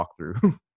walkthrough